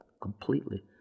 completely